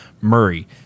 Murray